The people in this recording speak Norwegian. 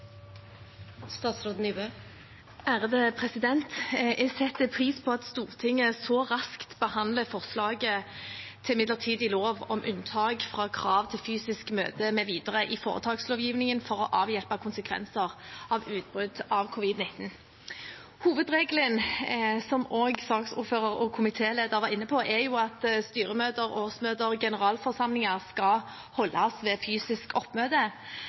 Jeg setter pris på at Stortinget så raskt behandler forslaget til midlertidig lov om unntak fra kravet til fysisk møte mv. i foretakslovgivningen, for å avhjelpe konsekvenser av utbrudd av covid-19. Hovedregelen, som også saksordføreren og komitélederen var inne på, er jo at styremøter, årsmøter og generalforsamlinger skal holdes ved fysisk oppmøte.